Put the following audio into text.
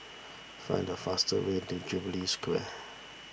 find the fastest way to Jubilee Square